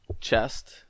chest